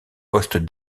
poste